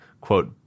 quote